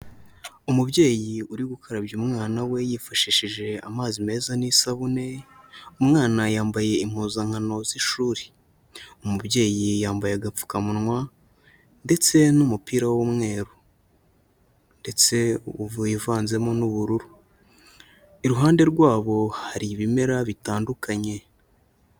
Umubyeyi uri gukarabya umwana we, yifashishije amazi meza n'isabune, umwana yambaye impuzankano z'ishuri, umubyeyi yambaye agapfukamunwa ndetse n'umupira w'umweru ndetse wivanzemo n'ubururu, iruhande rwabo hari ibimera bitandukanye.